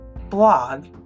blog